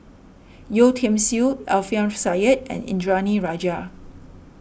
Yeo Tiam Siew Alfian Sa'At and Indranee Rajah